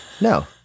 No